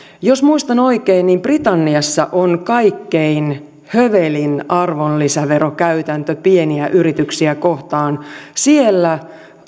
jos muistan oikein niin britanniassa on kaikkein hövelein arvonlisäverokäytäntö pieniä yrityksiä kohtaan siellä